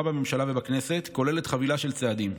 בממשלה ובכנסת כוללת חבילה של צעדים,